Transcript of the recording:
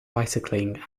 bicycling